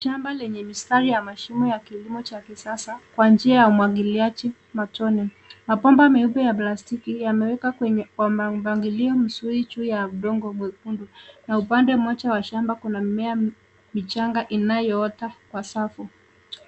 Shamba lenye mistari ya mashimo ya kilimo cha kisasa kwa njia ya umwagiliaji matone. Mabomba meupe ya plastiki yamewekwa kwa mpangilio mzuri juu ya udongo mwekundu na upande mmoja wa shamba kuna mimea michang ainayoota kwa safu.